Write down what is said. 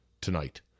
tonight